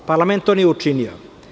Parlament to nije učinio.